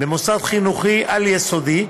במוסד חינוכי על-יסודי,